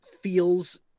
feels